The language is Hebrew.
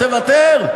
תוותר,